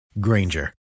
Granger